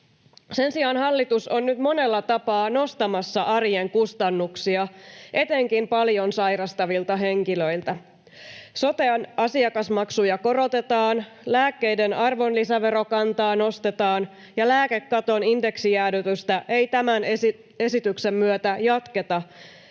Sen sijaan hallitus on nyt monella tapaa nostamassa arjen kustannuksia etenkin paljon sairastavilla henkilöillä. Soten asiakasmaksuja korotetaan, lääkkeiden arvonlisäverokantaa nostetaan ja lääkekaton indeksijäädytystä ei tämän esityksen myötä jatketa,